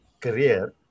career